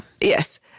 Yes